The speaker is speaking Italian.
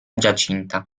giacinta